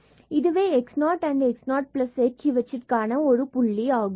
இதுவே x0 and x0h இவற்றுக்கிடையிலான ஒரு புள்ளி ஆகும்